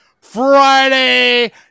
Friday